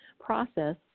process